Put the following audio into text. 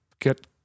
get